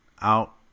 out